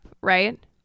right